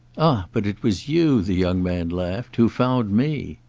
ah but it was you, the young man laughed, who found me.